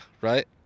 right